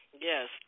Yes